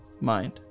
mind